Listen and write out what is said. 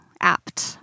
apt